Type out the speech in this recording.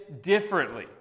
differently